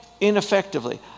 ineffectively